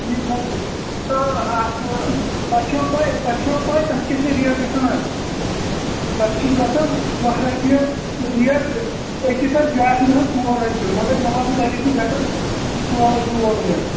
ٹھیٖک حظ چھُ تہٕ اَتھ چھ تَتھ چھُوا پاے تَتھ چُھوا پاے تتھ کیٛاہ چھِ ریٹ کیاہ چھ ریٹ گَژھان حظ تَتھ چھِ گَژھان باہ رۄپیہِ ریٹ أکِس حظ بیاکھ چھ گَژھان ژور رۄپیہِ مگر مےٚ باسان تۄہہِ گَژھوٕ بیٹر ژور رۄپیہِ وولٕے حظ